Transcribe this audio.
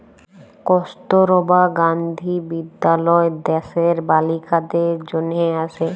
কস্তুরবা গান্ধী বিদ্যালয় দ্যাশের বালিকাদের জনহে আসে